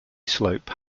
slope